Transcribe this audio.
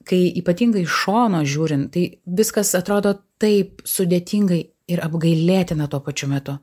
kai ypatingai iš šono žiūrint tai viskas atrodo taip sudėtingai ir apgailėtina tuo pačiu metu